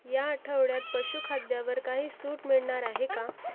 या आठवड्यात पशुखाद्यावर काही सूट मिळणार आहे का